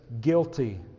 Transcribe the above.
Guilty